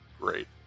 Great